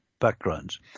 backgrounds